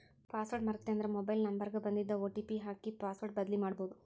password ಮರೇತಂದ್ರ mobile number ಗ ಬನ್ದಿದ್ ಒ.ಟಿ.ಪಿ ಹಾಕಿ ಪಾಸ್ವರ್ಡ್ ಬದ್ಲಿಮಾಡ್ಬೊದು